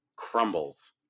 crumbles